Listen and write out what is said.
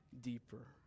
deeper